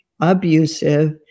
abusive